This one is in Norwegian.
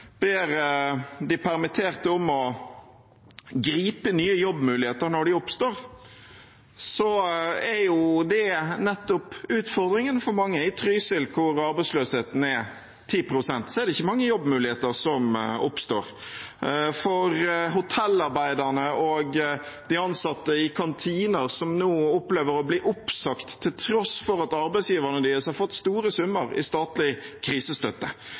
ber de permitterte om å gripe nye jobbmuligheter når de oppstår, er dette nettopp utfordringen for mange. I Trysil, hvor arbeidsløsheten er 10 pst., er det ikke mange jobbmuligheter som oppstår. For hotellarbeiderne og de ansatte i kantiner som nå opplever å bli oppsagt til tross for at arbeidsgiverne deres har fått store summer i statlig krisestøtte,